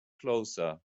closer